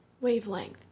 wavelength